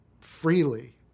freely